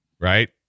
right